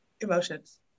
emotions